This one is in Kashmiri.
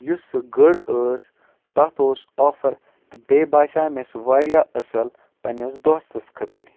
یُس سُہ گٔر ٲس تَتھ اوس آفَر تہٕ بیٚیہِ باسیو مےٚ سُہ واریاہ اَصٕل پنٛنِٕس دوستَس خٲطِر